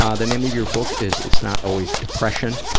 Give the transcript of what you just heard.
um the name of your book is, it's not always depression.